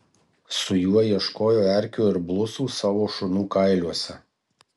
su juo ieškojo erkių ir blusų savo šunų kailiuose